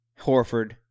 Horford